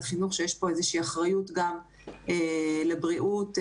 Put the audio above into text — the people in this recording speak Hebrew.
חינוך שיש פה איזושהי אחריות גם לבריאות הציבור,